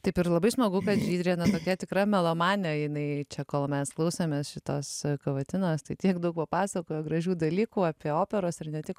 taip ir labai smagu kad žydrė tokia tikra melomanė jinai čia kol mes klausėmės šitos kavotinos tai tiek daug pasakojo gražių dalykų apie operos ir ne tik